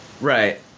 Right